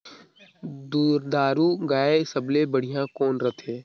दुधारू गाय सबले बढ़िया कौन रथे?